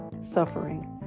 suffering